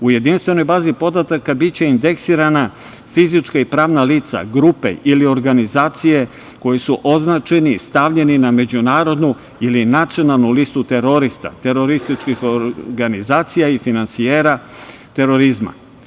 U jedinstvenoj bazi podataka biće indeksirana fizička i pravna lica, grupe ili organizacije koje su označene i stavljene na međunarodnu ili nacionalnu listu terorista, terorističkih organizacija i finansijera terorizma.